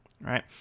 right